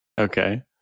Okay